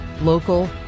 local